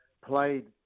played